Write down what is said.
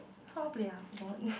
how to play uh forgot